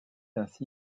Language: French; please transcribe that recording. ainsi